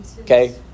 Okay